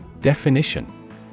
Definition